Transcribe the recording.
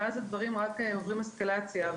ואז הדברים עוברים החמרה.